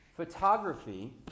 photography